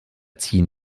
ziehen